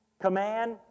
command